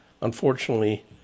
unfortunately